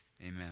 Amen